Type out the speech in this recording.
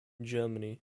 germany